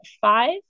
five